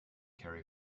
carry